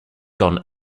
gone